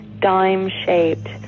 dime-shaped